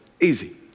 Easy